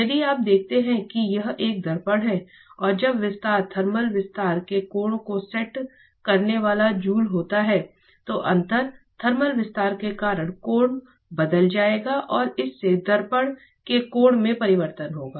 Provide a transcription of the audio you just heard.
यदि आप देखते हैं कि यह एक दर्पण है और जब विस्तार थर्मल विस्तार के कोण को सेट करने वाला जूल होता है तो अंतर थर्मल विस्तार के कारण कोण बदल जाएगा और इससे दर्पण के कोण में परिवर्तन होगा